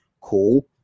cool